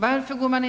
Varför går man